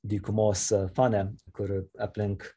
dykumos fone kur aplink